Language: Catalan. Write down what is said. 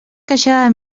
queixava